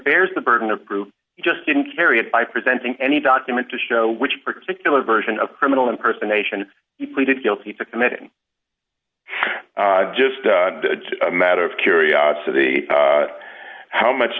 bears the burden of proof just didn't carry it by presenting any document to show which particular version of criminal impersonation he pleaded guilty to committing just a matter of curiosity how much